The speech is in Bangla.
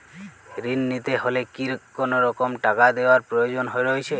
ঋণ নিতে হলে কি কোনরকম টাকা দেওয়ার প্রয়োজন রয়েছে?